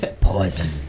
Poison